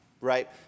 right